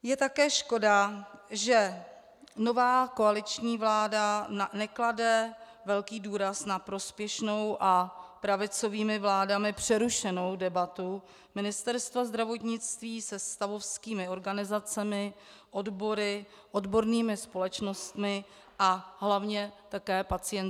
Je také škoda, že nová koaliční vláda neklade velký důraz na prospěšnou a pravicovými vládami přerušenou debatu Ministerstva zdravotnictví se stavovskými organizacemi, odbory, odbornými společnostmi a hlavně také pacientskými organizacemi.